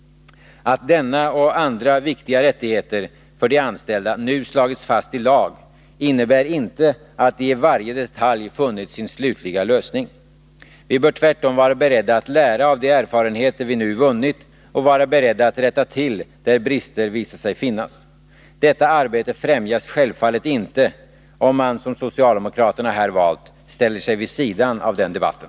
Att denna och andra viktiga rättigheter för de anställda nu slagits fast i lag innebär inte att de i varje detalj funnit sin slutliga lösning. Vi bör tvärtom vara beredda att lära av de erfarenheter vi nu vunnit och vara beredda att rätta till där brister visat sig finnas. Detta arbete främjas självfallet inte, om man, som socialdemokraterna här valt, ställer sig vid sidan av debatten.